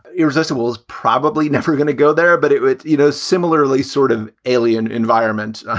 irresistable is probably never going to go there, but it would, you know, similarly sort of alien environment,